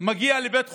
מגיע לבית חולים,